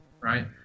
right